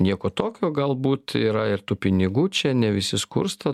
nieko tokio galbūt yra ir tų pinigų čia ne visi skursta